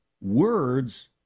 words